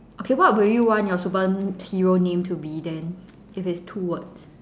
okay what would you want your superhero name to be then if it's two words